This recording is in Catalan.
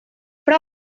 però